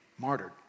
martyred